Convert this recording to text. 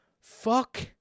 fuck